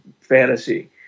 fantasy